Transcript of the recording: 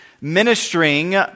ministering